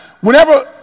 whenever